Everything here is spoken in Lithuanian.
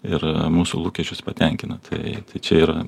ir mūsų lūkesčius patenkina tai čia yra